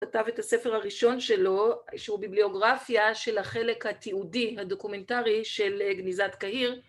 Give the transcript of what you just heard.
‫שכתב את הספר הראשון שלו, ‫שהוא ביבליוגרפיה ‫של החלק התיעודי הדוקומנטרי ‫של גניזת קהיר.